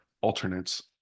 alternates